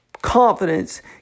Confidence